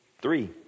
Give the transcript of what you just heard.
three